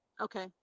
Okay